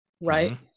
Right